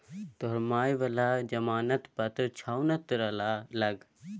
तोहर माय बला जमानत पत्र छौ ने तोरा लग